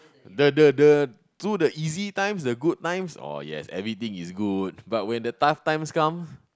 the the the to the easy times the good times oh yes everything is good but when the tough times come